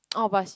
oh but she